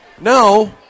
No